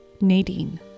Nadine